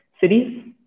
cities